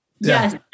yes